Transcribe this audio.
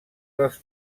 dels